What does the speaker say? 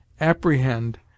APPREHEND